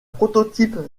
prototype